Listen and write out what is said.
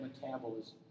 metabolism